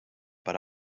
but